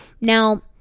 Now